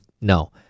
no